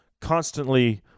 constantly